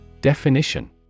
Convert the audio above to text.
Definition